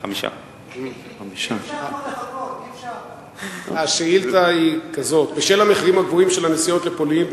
35. בשל המחירים הגבוהים של הנסיעות לפולין,